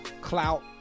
clout